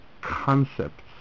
concepts